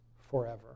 forever